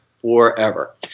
forever